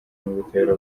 n’ubutabera